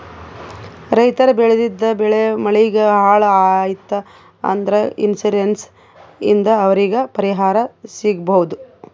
ರೈತರ್ ಬೆಳೆದಿದ್ದ್ ಬೆಳಿ ಮಳಿಗ್ ಹಾಳ್ ಆಯ್ತ್ ಅಂದ್ರ ಇನ್ಶೂರೆನ್ಸ್ ಇಂದ್ ಅವ್ರಿಗ್ ಪರಿಹಾರ್ ಸಿಗ್ಬಹುದ್